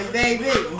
baby